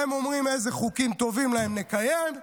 והם אומרים: איזה חוקים שטובים לנו נקיים,